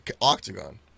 octagon